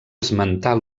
esmentar